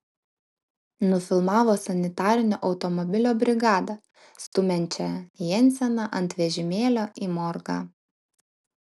nufilmavo sanitarinio automobilio brigadą stumiančią jenseną ant vežimėlio į morgą